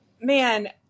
man